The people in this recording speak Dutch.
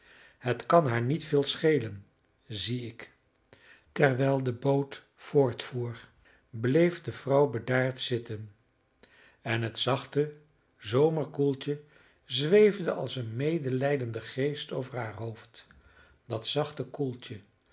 het kan haar niet veel schelen zie ik terwijl de boot voortvoer bleef de vrouw bedaard zitten en het zachte zomerkoeltje zweefde als een medelijdende geest over haar hoofd dat zachte koeltje